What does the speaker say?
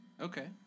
okay